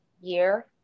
year